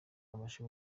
abashe